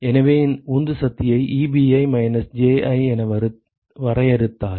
எனவே உந்து சக்தியை Ebi மைனஸ் Ji என வரையறுத்தால்